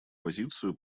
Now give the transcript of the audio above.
позицию